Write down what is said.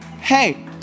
Hey